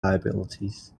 liabilities